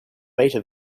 beta